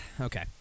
okay